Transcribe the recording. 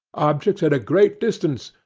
objects at a great distance,